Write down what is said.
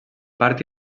part